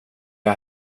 jag